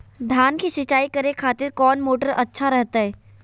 धान की सिंचाई करे खातिर कौन मोटर अच्छा रहतय?